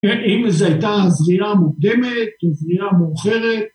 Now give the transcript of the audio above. ‫אם זו הייתה זריעה מוקדמת ‫או זריעה מאוחרת.